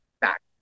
back